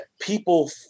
people